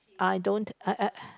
I don't I I